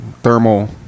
thermal